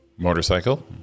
Motorcycle